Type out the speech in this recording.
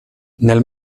nel